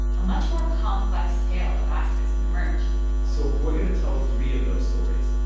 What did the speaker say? a much more complex tale of activism emerged so we're going to tell three of those stories,